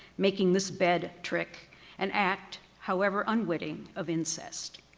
making this bed trick an act however unwitting of incest.